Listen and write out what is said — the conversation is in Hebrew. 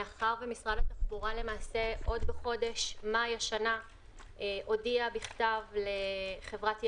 מאחר שמשרד התחבורה עוד בחודש מאי השנה הודיע לחברת יאנגס,